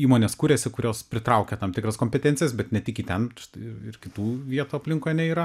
įmonės kuriasi kurios pritraukia tam tikras kompetencijas bet ne tik į ten ir ir kitų vietų aplinkui ane yra